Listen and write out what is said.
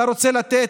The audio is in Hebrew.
אתה רוצה לתת,